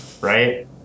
right